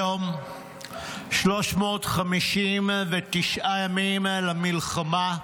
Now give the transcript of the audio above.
היום 359 ימים למלחמה,